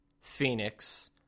Phoenix